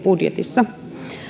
budjetissa